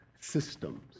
systems